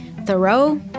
Thoreau